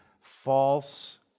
false